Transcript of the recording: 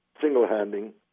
single-handing